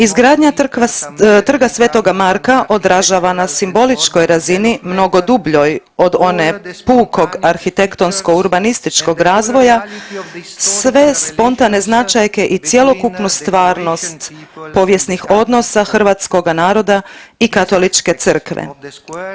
Izgradnja Trga svetoga Marka odražava na simboličkoj razini mnogo dubljoj od one pukog arhitektonsko urbanističkog razvoja sve spontane značajke i cjelokupnu stvarnost povijesnih odnosa hrvatskoga naroda i Katoličke crkve.